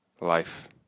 life